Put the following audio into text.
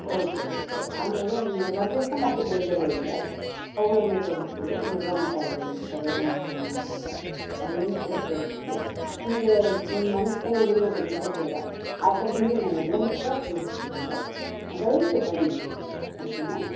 okay okay ಆಮೇಲೆ ನಿಮಗೆ ಮರು ದಿವಸ ಮತ್ತೆ ಬೇರೆ ಬೇರೆ ಇದೆ ಅವುಗಳನ್ನೂ ತೋರಿಸ್ತೀವಿ ಮುರುಘಾ ಮಠ ಇದೆ ಅಲ್ಲಿ ಮಠ ಇದೆ ಅವುಗಳನ್ನು ಕೂಡ ತೋರಿಸ್ತೀವಿ ನಿಮಗೆ ನಿಮ್ಮ ಮನಸ್ನಲ್ಲಿ ಉಳಿಯಬೇಕು ಚಿತ್ರದುರ್ಗ ಆ ಥರದಲ್ಲಿ ನಾವು ಎಲ್ಲನೂ ಕೂಡ ತೋರಿಸ್ತೀವಿ ದಯವಿಟ್ಟು ಬನ್ನಿ ಓಕೆನಾ